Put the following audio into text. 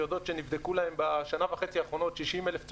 שיודעות שנבדקו להן בשנה וחצי האחרונות 60 אלף צוברים,